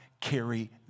carry